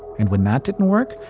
and when that didn't work,